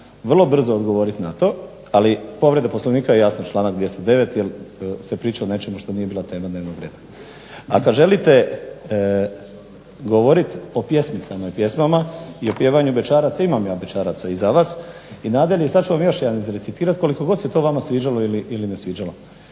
vrlo brzo odgovorit na to. Ali povreda Poslovnika je jasno članak 209. jer se priča o nečemu što nije bila tema dnevnog reda. A kad želite govorit o pjesmicama i pjesmama i o pjevanju bećaraca imam ja bećaraca i za vas i sad ću vam još jedan izrecitirat koliko god se to vama sviđalo ili ne sviđalo: